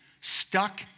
stuck